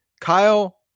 Kyle